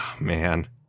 Man